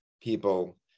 people